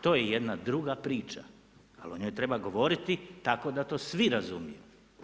To je jedna druga priča, ali o njoj treba govoriti tako da to svi razumiju.